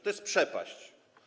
To jest przepaść.